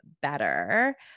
better